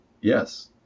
Yes